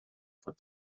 for